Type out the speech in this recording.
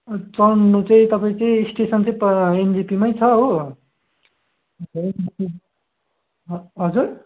चढ्नु चाहिँ तपाईँ चाहिँ स्टेसन चाहिँ पर एनजेपीमै छ हो ह हजुर